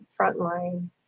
frontline